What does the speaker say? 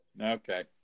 Okay